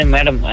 Madam